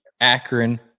Akron